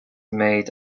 made